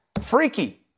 freaky